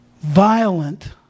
violent